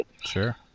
Sure